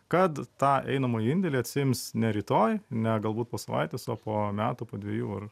kad tą einamąjį indėlį atsiims ne rytoj ne galbūt po savaitės o po metų po dvejų ar